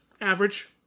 Average